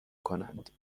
کنند